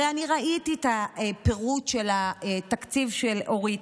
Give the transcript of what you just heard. הרי אני ראיתי את הפירוט של התקציב של אורית: